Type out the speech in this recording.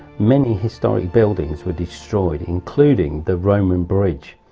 many historic buildings were destroyed, including the roman bridge.